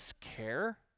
care